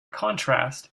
contrast